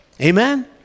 Amen